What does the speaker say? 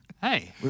Hey